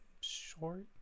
short